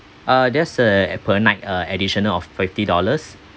uh there's a per night a additional of fifty dollars